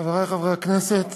חברי חברי הכנסת,